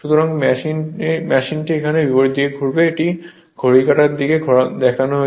সুতরাং মেশিনটি এখানে বিপরীত দিকে ঘুরবে এটি ঘড়ির কাঁটার দিকে দেখানো হয়েছে